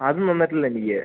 അതും തന്നിട്ടില്ല എനിക്ക്